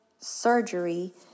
surgery